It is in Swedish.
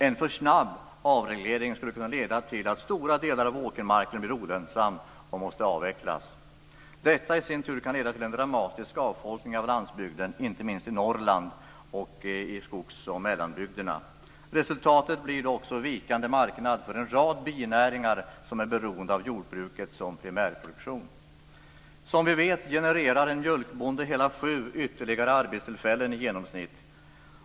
En för snabb avreglering skulle kunna leda till att stora delar av åkermarken blir olönsam och måste avvecklas. Detta i sin tur kan leda till en dramatisk avfolkning av landsbygden, inte minst i Norrland och i skogs och mellanbygderna. Resultatet blir då också vikande marknad för en rad binäringar som är beroende av jordbruket som primärproduktion. Som vi vet genererar en mjölkbonde hela sju ytterligare arbetstillfällen i genomsnitt.